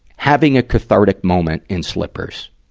having a cathartic moment in slippers?